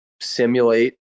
simulate